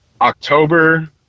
October